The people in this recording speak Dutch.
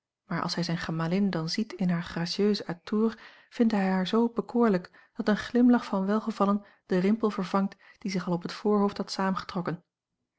maar als hij zijne gemalin dan ziet in haar gracieuse atours vindt hij haar zoo bekoorlijk dat een glimlach van welgevallen den rimpel vervangt die zich al op het voorhoofd had